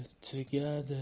together